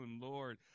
Lord